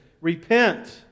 Repent